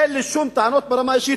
אין לי שום טענות ברמה האישית,